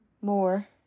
More